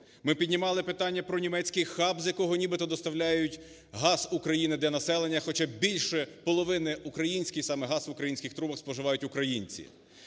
Ми піднімали питання про німецькі хаб, з якого нібито доставляють газ Україні для населення, хоча більше половини український саме газ в українських трубах споживають українці.